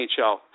NHL